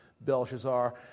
Belshazzar